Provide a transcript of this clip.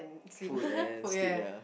food and sleep ya